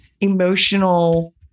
emotional